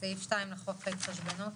סעיף 2 לחוק ההתחשבנות.